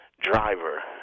driver